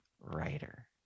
writer